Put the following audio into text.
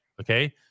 okay